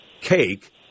cake